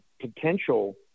potential